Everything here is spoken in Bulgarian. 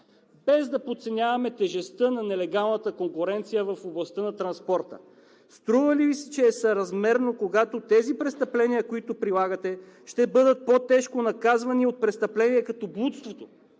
Без да подценяваме тежестта на нелегалната конкуренция в областта на транспорта, струва ли Ви се, че е съразмерно, когато тези престъпления, които прилагате, ще бъдат по-тежко наказвани от престъпления като блудството